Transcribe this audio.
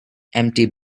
empty